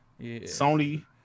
Sony